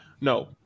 No